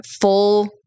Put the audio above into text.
full